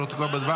לפרוטוקול בלבד,